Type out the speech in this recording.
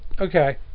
okay